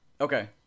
Okay